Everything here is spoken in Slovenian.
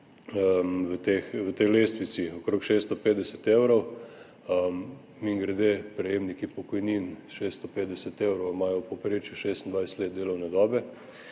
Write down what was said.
v tej lestvici, okrog 650 evrov – mimogrede, prejemniki pokojnin 650 evrov imajo v povprečju 26 let delovne dobe